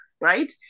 right